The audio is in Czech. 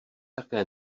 také